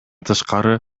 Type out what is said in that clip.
тышкары